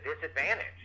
disadvantage